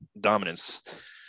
dominance